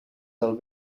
del